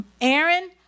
Aaron